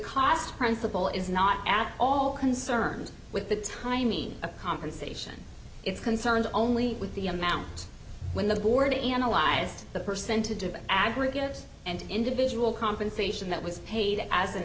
cost paul is not at all concerned with the timing a compensation is concerned only with the amount when the board analyzed the percentage of an aggregate and individual compensation that was paid as an